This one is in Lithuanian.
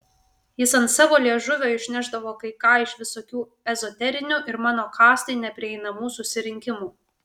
jis ant savo liežuvio išnešdavo kai ką iš visokių ezoterinių ir mano kastai neprieinamų susirinkimų